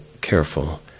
careful